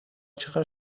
چقدر